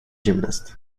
gymnast